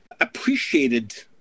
appreciated